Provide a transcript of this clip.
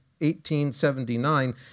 1879